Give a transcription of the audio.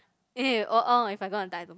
eh oh uh if I'm gonna die tomorrow